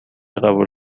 قبول